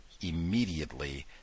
immediately